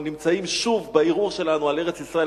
שבו אנחנו נמצאים שוב בערעור שלנו על ארץ-ישראל,